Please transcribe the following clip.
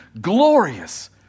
glorious